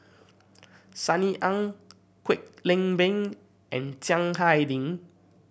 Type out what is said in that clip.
Sunny Ang Kwek Leng Beng and Chiang Hai Ding